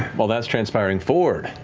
while that's transpiring, fjord.